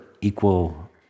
equal